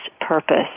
Purpose